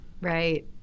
Right